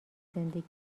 زندگی